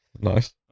Nice